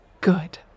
Good